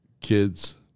kids